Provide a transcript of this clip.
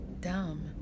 dumb